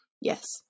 Yes